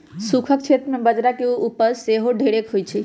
सूखक क्षेत्र में बजरा के उपजा सेहो ढेरेक होइ छइ